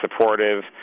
supportive